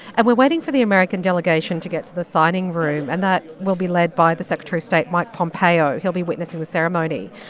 and we're waiting for the american delegation to get to the signing room. and that will be led by the secretary of state, mike pompeo. he'll be witnessing the ceremony.